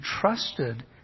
trusted